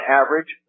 average